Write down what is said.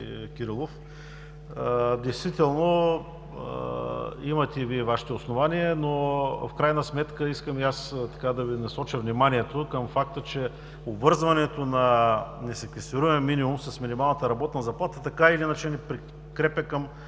действително имате Вашите основания, но в крайна сметка искам и аз да Ви насоча вниманието към факта, че обвързването на несеквестируем минимум с минималната работна заплата така или иначе ни прикрепя към